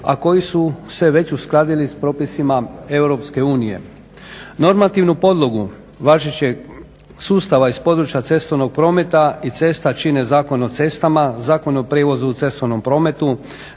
a koji su se već uskladili s propisima EU. Normativnu podlogu važećeg sustava iz područja cestovnog prometa i cesta čine Zakon o cestama, Zakon o prijevozu u cestovnom prometu,